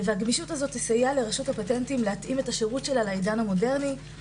והגמישות הזו תסייע לרשות הפטנטים להתאים את השירות שלה לעידן המודרני,